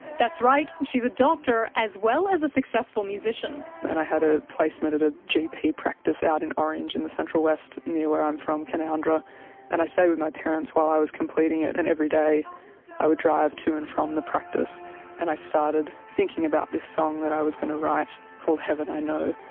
that's right, she's a doctor as well as a successful musician. and i had a placement at a gp practice out in orange in the central west near where i'm from, canowindra and i stayed with my parents while i was completing it, and every day i would drive to and from the practice and i started thinking about this song that i was going to write called heaven i know,